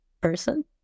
person